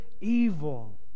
evil